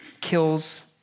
kills